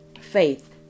faith